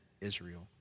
Israel